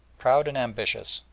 proud and ambitious,